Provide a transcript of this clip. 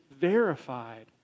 verified